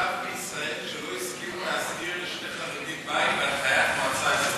מושב בישראל שלא הסכים להשכיר לשני חרדים בית בהנחיית המועצה האזורית?